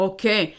Okay